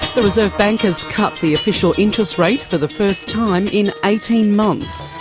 the reserve bank has cut the official interest rate for the first time in eighteen months.